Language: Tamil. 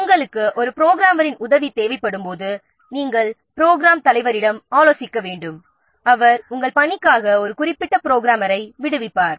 நமக்கு ஒரு புரோகிராமரின் உதவி தேவைப்படும்போது நாம் ப்ரோக்ராம் தலைவரிடம் ஆலோசிக்க வேண்டும் அவர் நம் பணிக்காக ஒரு குறிப்பிட்ட புரோகிராமரை தருவார்